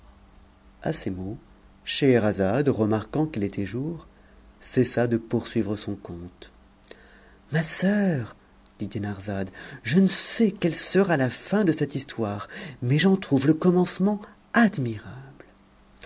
à ces mots scheherazade remarquant qu'il était jour cessa de poursuivre son conte ma soeur dit dinarzade je ne sais quelle sera la fin de cette histoire mais j'en trouve le commencement admirable